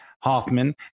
Hoffman